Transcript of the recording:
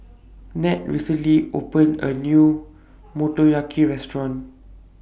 Ned recently opened A New Motoyaki Restaurant